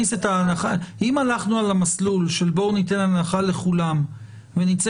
אם הלכנו על המסלול של בואו ניתן הנחה לכולם ונצא